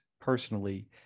personally